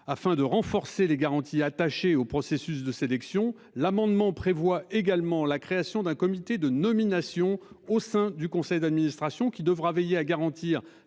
afin de renforcer les garanties attachées au processus de sélection. L'amendement prévoit également la création d'un comité de nominations au sein du conseil d'administration qui devra veiller à garantir